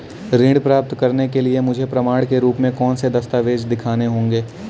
ऋण प्राप्त करने के लिए मुझे प्रमाण के रूप में कौन से दस्तावेज़ दिखाने होंगे?